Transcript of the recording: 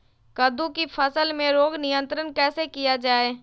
कददु की फसल में रोग नियंत्रण कैसे किया जाए?